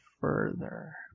further